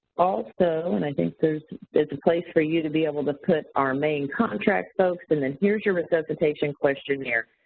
also, and i think there's there's a place for you to be able to put our main contract folks and then here's your resuscitation questionnaire.